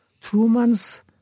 Truman's